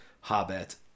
habet